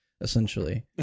essentially